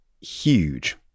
huge